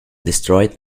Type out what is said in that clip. destroyed